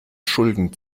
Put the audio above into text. schulden